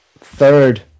third